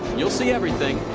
you'll see everything.